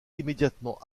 immédiatement